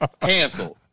canceled